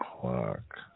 Clock